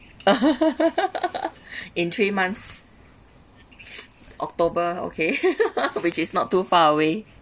in three months october okay which is not too far away